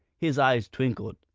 his eyes twinkled.